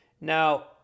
Now